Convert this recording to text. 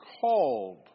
called